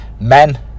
men